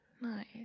Nice